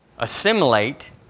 assimilate